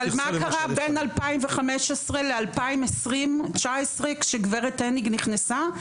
אבל מה קרה בין 2015 ל-2020-2019 כשגב' הניג נכנסה?